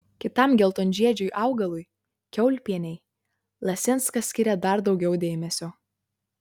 kitam geltonžiedžiui augalui kiaulpienei lasinskas skiria dar daugiau dėmesio